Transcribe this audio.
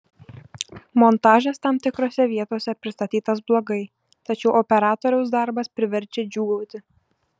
montažas tam tikrose vietose pristatytas blogai tačiau operatoriaus darbas priverčia džiūgauti